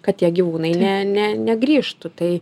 kad tie gyvūnai ne ne negrįžtų tai